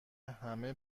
همه